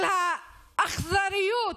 של האכזריות